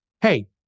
hey